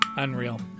unreal